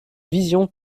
vision